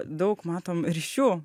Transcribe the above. daug matom ryšių